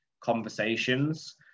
conversations